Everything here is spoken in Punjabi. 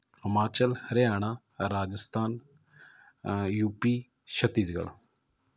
Himachal Haryana Rajasthan U P Chhattisgarh